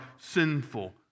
sinful